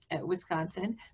wisconsin